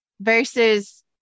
versus